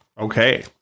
Okay